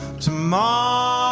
tomorrow